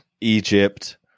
Egypt